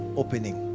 opening